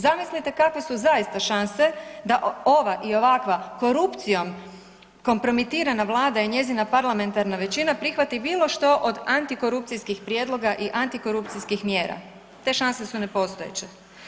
Zamislite kakve su zaista šanse da ova i ovakva korupcijom kompromitirana vlada i njezina parlamentarna većina prihvati bilo što od antikorupcijskih prijedloga i antikorupcijskih mjera, te šanse su nepostojeće.